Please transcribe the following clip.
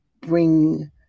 bring